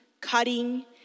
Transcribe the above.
cutting